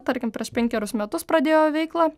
tarkim prieš penkerius metus pradėjo veiklą